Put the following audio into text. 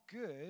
good